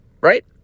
Right